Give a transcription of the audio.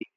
Hii